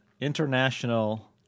international